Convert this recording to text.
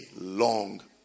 long